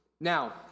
Now